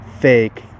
fake